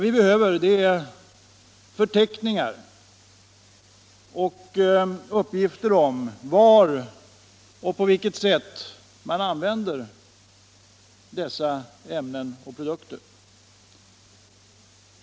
Vi behöver uppgifter om var och på vilket sätt man använder dessa ämnen.